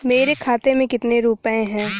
मेरे खाते में कितने रुपये हैं?